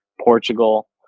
Portugal